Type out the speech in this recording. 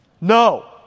No